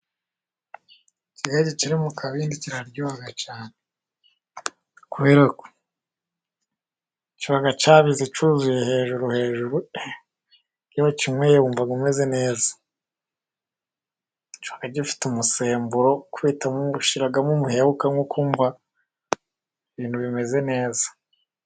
Ikigage Kiri mu kabindi kiraryoha cyane kuberako kiba cyabize cyuzuye hejuru hejuru, iyo wakinyoye wumva umeze neza kiba gifite umusemburo ukubitamo ushyiramo umuheha, ukumva ibintu bimeze neza.